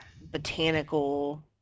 botanical